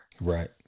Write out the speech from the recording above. Right